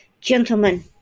Gentlemen